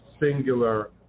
singular